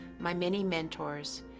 my many mentors,